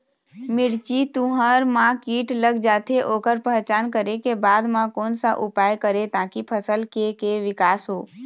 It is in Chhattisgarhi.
मिर्ची, तुंहर मा कीट लग जाथे ओकर पहचान करें के बाद मा कोन सा उपाय करें ताकि फसल के के विकास हो?